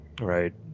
right